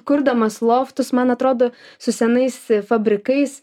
kurdamas loftus man atrodo su senais fabrikais